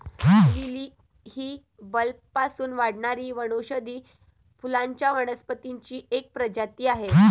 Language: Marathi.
लिली ही बल्बपासून वाढणारी वनौषधी फुलांच्या वनस्पतींची एक प्रजाती आहे